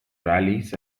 rallies